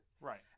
Right